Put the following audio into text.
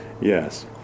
yes